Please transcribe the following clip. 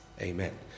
Amen